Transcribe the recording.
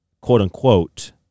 quote-unquote